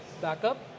backup